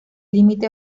límite